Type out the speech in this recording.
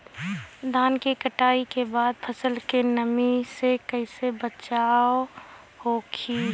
धान के कटाई के बाद फसल के नमी से कइसे बचाव होखि?